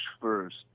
first